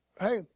hey